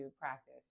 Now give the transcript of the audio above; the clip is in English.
practice